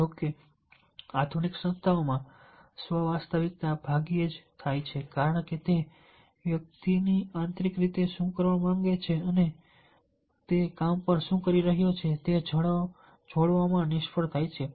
જો કે આધુનિક સંસ્થાઓમાં સ્વ વાસ્તવિકતા ભાગ્યે જ થાય છે કારણ કે તે વ્યક્તિ આંતરિક રીતે શું કરવા માંગે છે અને તે કામ પર શું કરી રહ્યો છે તે જોડવામાં નિષ્ફળ જાય છે